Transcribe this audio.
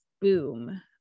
boom